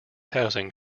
housing